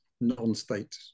non-state